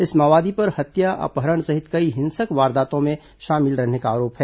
इस माओवादी पर हत्या अपहरण सहित कई हिंसक वारदातों में शामिल रहने का आरोप है